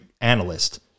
analyst